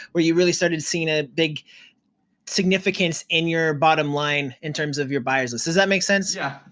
where you really started seeing a big significance in your bottom line in terms of your buyers list? does that make sense? yeah,